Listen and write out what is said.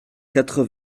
quatre